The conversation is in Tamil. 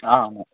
ஆ ஆமாம்